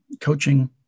coaching